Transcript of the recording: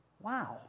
Wow